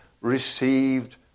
received